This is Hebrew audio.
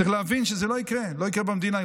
צריכים להבין שזה לא יקרה, לא יקרה במדינה.